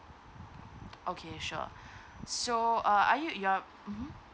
okay sure so uh are you you're yup mmhmm